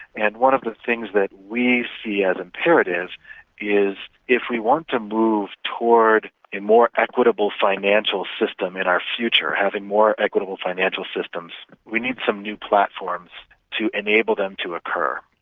and one of the things that we see as imperative is if we want to move towards a more equitable financial system in our future, having more equitable financial systems, we need some new platforms to enable them to occur,